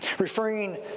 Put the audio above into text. Referring